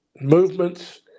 movements